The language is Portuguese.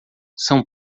são